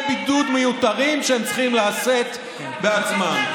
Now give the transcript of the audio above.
בידוד מיותרים שהם צריכים לשאת בעצמם.